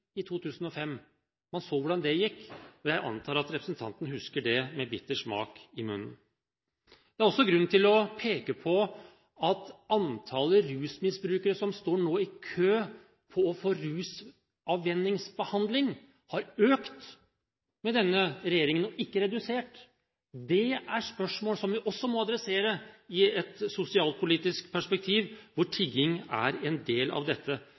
i 2005 forsøkte å vedta at man skulle avvikle tiggingen. Man så hvordan det gikk, og jeg antar at representanten husker det med en bitter smak i munnen. Det er også grunn til å peke på at antallet rusmisbrukere som nå står i kø for å få rusavvenningsbehandling, har økt med denne regjeringen, og ikke blitt redusert. Det er spørsmål som vi også må adressere i et sosialpolitisk perspektiv, og tigging er en del av dette.